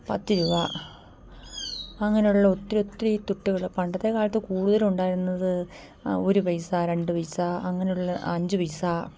പത്ത് രൂപ അങ്ങനെയുള്ള ഒത്തിരി ഒത്തിരി തുട്ടുകൾ പണ്ടത്തെ കാലത്ത് കൂടുതലുണ്ടായിരുന്നത് ഒരു പൈസ രണ്ട് പൈസ അങ്ങനെയുള്ള അഞ്ച് പൈസ